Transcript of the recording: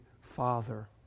father